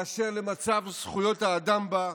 באשר למצב זכויות האדם בה,